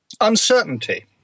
uncertainty